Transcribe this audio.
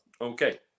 Okay